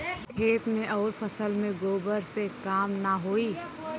खेत मे अउर फसल मे गोबर से कम ना होई?